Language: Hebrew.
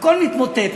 הכול מתמוטט,